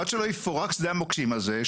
עד שלא יפורק שדה המוקשים הזה,